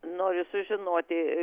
noriu sužinoti